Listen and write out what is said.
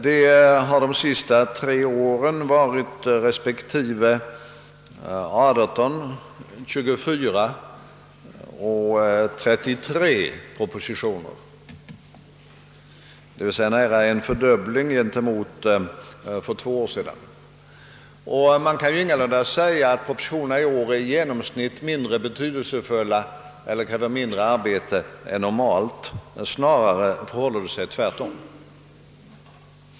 Under de senaste tre åren har antalet varit respektive 18, 24 och 33 propositioner, d.v.s. nära en fördubbling i år jämfört med för två år sedan. Och man kan ju inte säga att propositionerna i år i genomsnitt är mindre betydelsefulla eler ' kräver mindre arbete än normalt. Snarare förhåller det sig tvärtom.